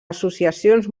associacions